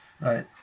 Right